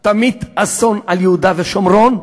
תמיט אסון על יהודה ושומרון,